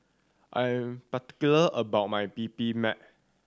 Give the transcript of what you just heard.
I am particular about my